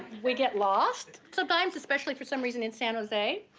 we get lost sometimes, especially, for some reason, in san jose.